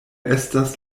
estas